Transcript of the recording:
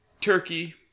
turkey